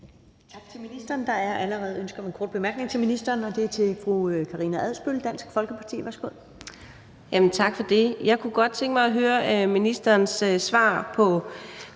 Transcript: Tak til ministeren. Der er allerede ønske om en kort bemærkning til ministeren, og det er fra fru Karina Adsbøl, Dansk Folkeparti. Værsgo. Kl. 15:19 Karina Adsbøl (DF): Tak for det. Jeg kunne godt tænke mig at høre ministerens svar på